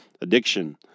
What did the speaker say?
Addiction